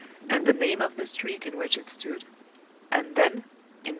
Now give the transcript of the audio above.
and the name of the street in which it stood and then,